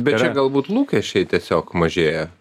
bet čia galbūt lūkesčiai tiesiog mažėja